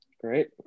Great